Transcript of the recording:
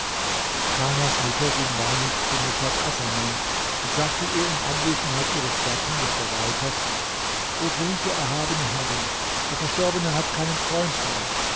kanas mutter ging weinend zu nushat assaman und sagte ihr in anwesenheit ihres gatten des verwalters o große erhabene herrin der verstorbene hat keinen freund mehr